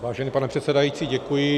Vážený pane předsedající, děkuji.